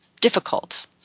difficult